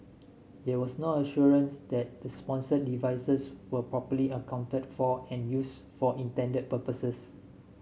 there was no assurance that the sponsored devices were properly accounted for and use for intended purposes